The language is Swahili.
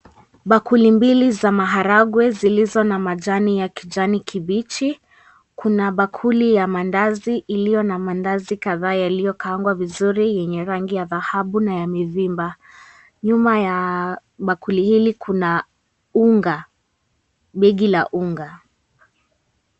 Bakuli mbili za maharagwe zilizo na majani ya kijani kibichi. Kuna bakuli ya mandazi iliyo na mandazi kadhaa yaliyokaangwa vizuri yenye rangi ya dhahabu na ya midhimba. Nyuma ya bakuli hili kuna unga, begi la unga.